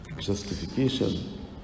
justification